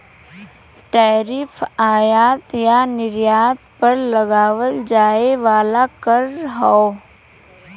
tariff आयात या निर्यात पर लगावल जाये वाला कर हौ